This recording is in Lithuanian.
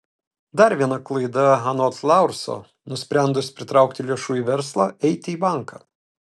dar viena klaida anot laurso nusprendus pritraukti lėšų į verslą eiti į banką